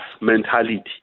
mentality